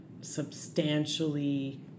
substantially